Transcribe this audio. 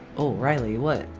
oh riley! what?